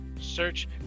search